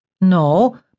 No